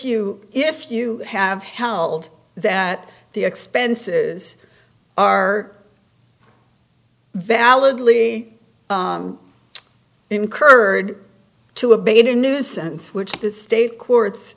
you if you have held that the expenses are validly incurred to abate a nuisance which the state courts